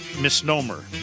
misnomer